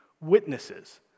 witnesses